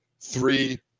three